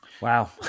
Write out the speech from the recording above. Wow